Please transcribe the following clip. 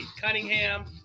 Cunningham